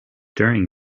during